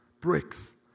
Bricks